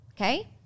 Okay